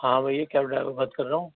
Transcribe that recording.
ہاں بھیا cab driver بات کر رہا ہوں